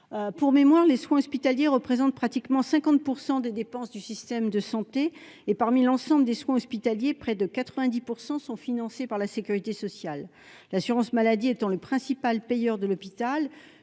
Pour mémoire, les soins hospitaliers représentent pratiquement 50 % des dépenses du système de santé et, parmi l'ensemble des soins hospitaliers, près de 90 % sont financés par la sécurité sociale. L'assurance maladie étant le principal payeur de l'hôpital,